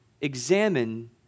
Examine